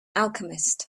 alchemist